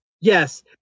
Yes